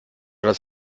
das